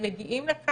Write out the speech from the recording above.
הם מגיעים לכאן